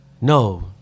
No